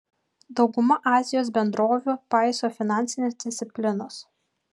dauguma azijos bendrovių paiso finansinės disciplinos